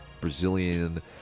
Brazilian